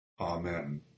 Amen